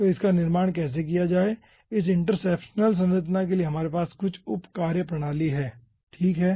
तो इसका निर्माण कैसे किया जाए इस इंटरसेप्शनल संरचना के लिए हमारे पास कुछ उप कार्यप्रणाली हैं ठीक है